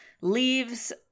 leaves